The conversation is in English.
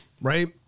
right